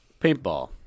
Paintball